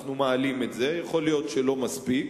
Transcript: אנחנו מעלים את זה, יכול להיות שלא מספיק,